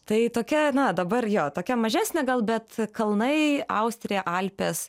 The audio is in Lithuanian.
tai tokia na dabar jo mažesnė gal bet kalnai austrija alpes